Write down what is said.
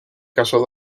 casó